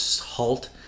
halt